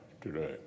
today